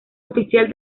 oficial